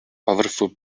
powerful